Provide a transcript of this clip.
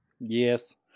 Yes